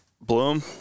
Bloom